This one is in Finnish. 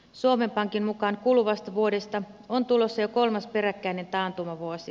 suomen pankin mukaan kuluvasta vuodesta on tulossa jo kolmas peräkkäinen taantumavuosi